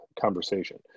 conversation